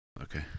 okay